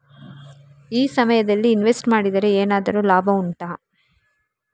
ಈ ಸಮಯದಲ್ಲಿ ಇನ್ವೆಸ್ಟ್ ಮಾಡಿದರೆ ಏನಾದರೂ ಲಾಭ ಉಂಟಾ